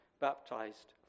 baptized